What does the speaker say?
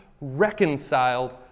reconciled